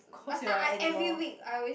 last time I every week I always